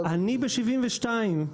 ב-1972.